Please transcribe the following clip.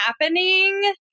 happening